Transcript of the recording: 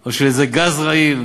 או של איזה גז רעיל.